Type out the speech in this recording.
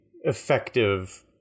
effective